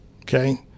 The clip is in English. okay